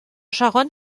scharon